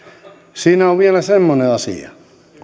siinä on vielä semmoinen asia